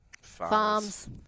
Farms